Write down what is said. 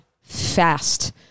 fast